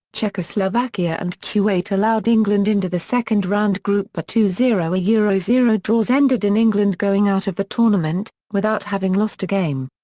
czechoslovakia and kuwait allowed england into the second round group but two zero ah yeah zero zero draws ended in england going out of the tournament, without having lost a game.